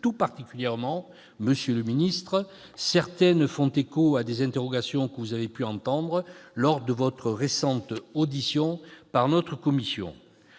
tout particulièrement, monsieur le secrétaire d'État, font écho à des interrogations que vous avez pu entendre lors de votre récente audition par notre commission.